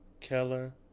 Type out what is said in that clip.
Keller